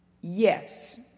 Yes